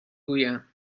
گویم